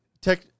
Tech